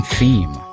Theme